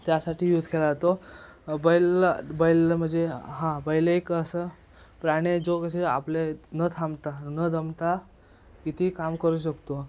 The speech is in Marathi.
त्यासाठी यूज केला जातो बैल बैल म्हणजे हां बैल एक असा प्राणी आहे जो कसे आपले न थांबता न दमता कितीही काम करू शकतो